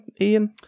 Ian